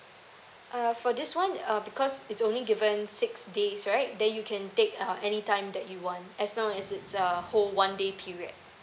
uh for this one uh because it's only given six days right then you can take uh any time that you want as long as it's a whole one day period